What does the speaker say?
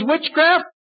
witchcraft